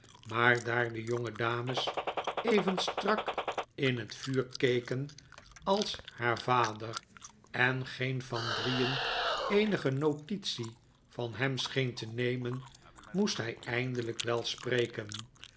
maar daar de jongedames even strak in het vuur keken als haar vader en geen van drieen eenige notitie van hem scheen te nemen moest hij eindelijk wel spreken